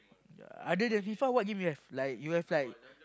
other than F_I_F_A what game you have like you have like